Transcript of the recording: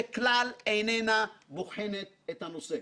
שכלל איננה בוחנת את הנושא.